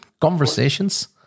conversations